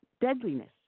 deadliness